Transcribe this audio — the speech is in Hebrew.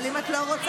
אבל אם את לא רוצה,